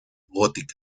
gótica